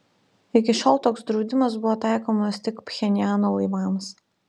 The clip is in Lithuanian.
iki šiol toks draudimas buvo taikomas tik pchenjano laivams